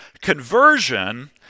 conversion